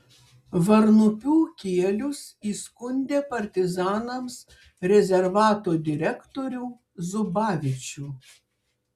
varnupių kielius įskundė partizanams rezervato direktorių zubavičių